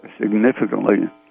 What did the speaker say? significantly